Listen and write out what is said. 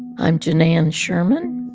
i'm janann sherman,